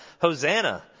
Hosanna